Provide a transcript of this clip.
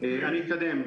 אני אתקדם.